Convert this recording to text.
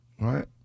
right